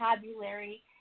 vocabulary